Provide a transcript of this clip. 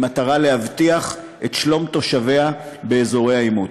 במטרה להבטיח את שלום תושביה באזורי העימות.